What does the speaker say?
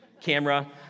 camera